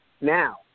Now